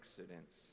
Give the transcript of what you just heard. accidents